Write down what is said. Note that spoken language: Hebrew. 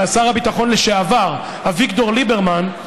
שר הביטחון לשעבר אביגדור ליברמן,